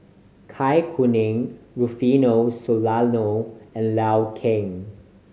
Zai Kuning Rufino Soliano and Liu Kang